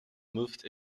moved